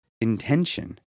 Intention